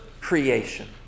creation